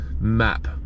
map